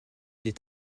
des